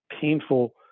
painful